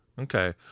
Okay